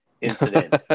incident